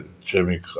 Jimmy